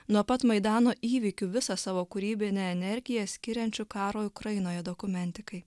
nuo pat maidano įvykių visą savo kūrybinę energiją skiriančiu karui ukrainoje dokumentikai